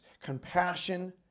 Compassion